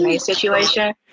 situation